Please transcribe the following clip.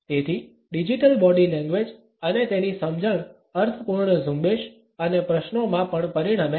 તેથી digital body language અને તેની સમજણ અર્થપૂર્ણ ઝુંબેશ અને પ્રશ્નોમાં પણ પરિણમે છે